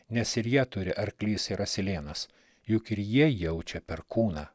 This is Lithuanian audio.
nes ir jie turi arklys ir asilėnas juk ir jie jaučia perkūną